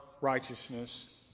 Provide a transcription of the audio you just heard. righteousness